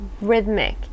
rhythmic